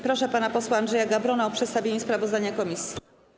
Proszę pana posła Andrzeja Gawrona o przedstawienie sprawozdania komisji.